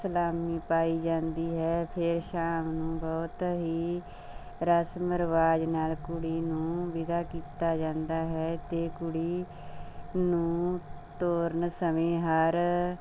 ਸਲਾਮੀ ਪਾਈ ਜਾਂਦੀ ਹੈ ਫਿਰ ਸ਼ਾਮ ਨੂੰ ਬਹੁਤ ਹੀ ਰਸਮ ਰਿਵਾਜ ਨਾਲ ਕੁੜੀ ਨੂੰ ਵਿਦਾ ਕੀਤਾ ਜਾਂਦਾ ਹੈ ਅਤੇ ਕੁੜੀ ਨੂੰ ਤੋਰਨ ਸਮੇਂ ਹਰ